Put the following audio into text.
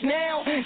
now